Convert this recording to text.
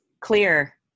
Clear